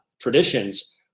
traditions